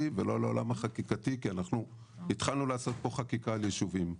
ולא לעולם החקיקתי כי אנחנו התחלנו לעשות פה חקיקה על ישובים,